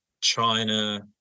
China